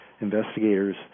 investigators